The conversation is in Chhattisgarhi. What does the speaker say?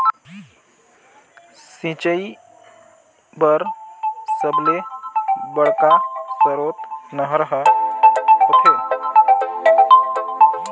सिंचई बर सबले बड़का सरोत नहर ह होथे